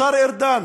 השר ארדן: